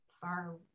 far